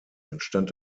entstand